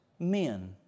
Men